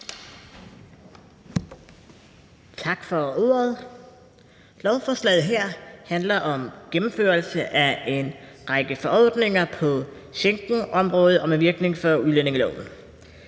Tak for ordet. Lovforslaget her handler om en gennemførelse af en række forordninger på Schengenområdet og med virkning for udlændingeloven.